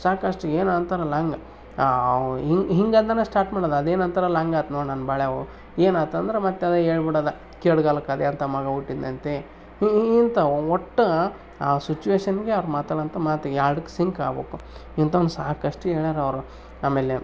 ಸಾಕಷ್ಟು ಏನು ಅಂತಾರಲ್ಲ ಹಂಗ ಹಿಂಗೆ ಹಿಂಗೆ ಅಂತಾನೆ ಸ್ಟಾರ್ಟ್ ಮಾಡೋದು ಅದೇನಂತಾರಲ್ಲ ಹಂಗಾತು ನೋಡು ನನ್ನ ಬಾಳೇವು ಏನಾತಂದ್ರೆ ಮತ್ತು ಅದೇ ಹೇಳ್ಬಿಡೋದ ಕೇಡ್ಗಾಲಕ್ಕೆ ಅದೆಂಥ ಮಗ ಹುಟ್ಟಿದನಂತೆ ಈ ಈ ಇಂಥವ್ ಒಟ್ಟು ಆ ಸಿಚುವೇಶನ್ಗೆ ಅವ್ರು ಮಾತಾಡುವಂಥ ಮಾತಿಗೆ ಎರಡಕ್ಕೆ ಸಿಂಕ್ ಆಗ್ಬೇಕು ಇಂಥವ್ನ್ ಸಾಕಷ್ಟು ಹೇಳ್ಯಾರೆ ಅವರು ಆಮೇಲೆ